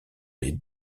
les